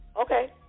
Okay